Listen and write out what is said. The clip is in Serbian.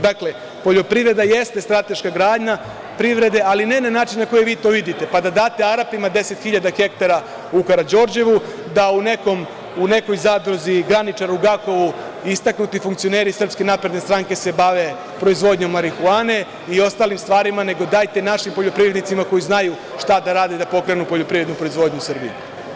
Dakle, poljoprivreda jeste strateška grana privrede, ali ne na način na koji vi to vidite, pa da date Arapima 10.000 ha u Karađorđevu, da u nekoj zadruzi Graničar u Gakovu istaknuti funkcioneri SNS se bave proizvodnjom marihuane i ostalim stvarima, nego dajte našim poljoprivrednicima koji znaju šta da rade da pokrenu poljoprivrednu proizvodnju u Srbiji.